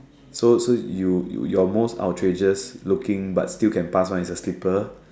so so you you your most outrageous looking but still can pass one is your slipper